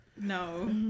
No